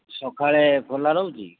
ସକାଳେ ଖୋଲା ରହୁଛି